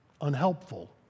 unhelpful